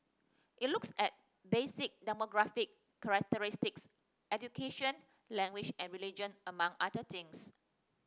it looks at basic demographic characteristics education language and religion among other things